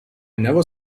never